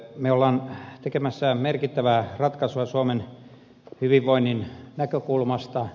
me olemme tekemässä merkittävää ratkaisua suomen hyvinvoinnin näkökulmasta